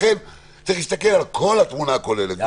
לכן, צריך להסתכל על התמונה הכוללת.